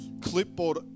clipboard